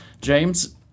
James